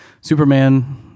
Superman